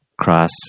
Cross